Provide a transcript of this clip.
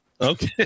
Okay